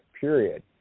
period